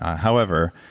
however,